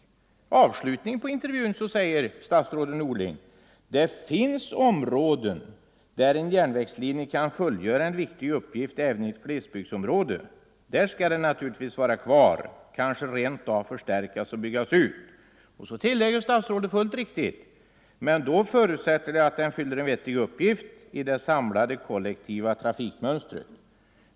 I avslutningen av intervjun säger statsrådet Norling att en järnvägslinje kan fullgöra en viktig uppgift även i ett glesbygdsområde. Där skall den naturligtvis vara kvar, kanske rent av förstärkas och byggas ut. Sedan tillägger statsrådet fullt riktigt att det förutsätter att den fyller en vettig uppgift i det samlade kollektiva trafikmönstret.